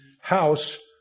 house